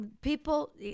people